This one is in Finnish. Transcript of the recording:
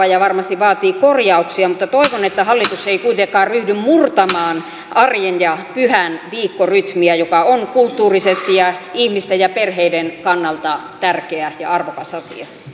ja varmasti vaatii korjauksia mutta toivon että hallitus ei kuitenkaan ryhdy murtamaan arjen ja pyhän viikkorytmiä joka on kulttuurisesti ja ihmisten ja perheiden kannalta tärkeä ja arvokas asia